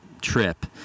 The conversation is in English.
trip